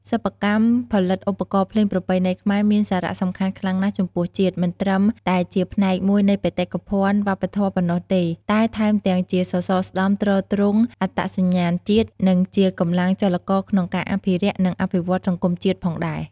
សិប្បកម្មផលិតឧបករណ៍ភ្លេងប្រពៃណីខ្មែរមានសារៈសំខាន់ខ្លាំងណាស់ចំពោះជាតិ មិនត្រឹមតែជាផ្នែកមួយនៃបេតិកភណ្ឌវប្បធម៌ប៉ុណ្ណោះទេ តែថែមទាំងជាសសរស្តម្ភទ្រទ្រង់អត្តសញ្ញាណជាតិ និងជាកម្លាំងចលករក្នុងការអភិរក្ស និងអភិវឌ្ឍន៍សង្គមជាតិផងដែរ។